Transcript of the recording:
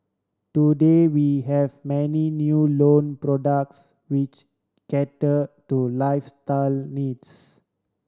today we have many new loan products which cater to lifestyle needs